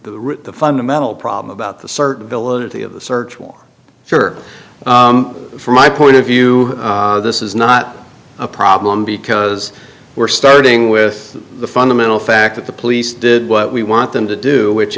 root the fundamental problem about the certain abilities of the search was for from my point of view this is not a problem because we're starting with the fundamental fact that the police did what we want them to do which